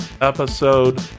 episode